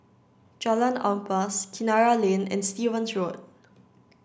Jalan Ampas Kinara Lane and Stevens Road